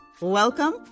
welcome